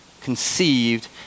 conceived